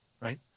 right